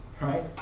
right